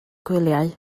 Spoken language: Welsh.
gwyliau